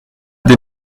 des